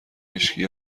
هیچکی